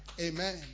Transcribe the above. Amen